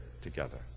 together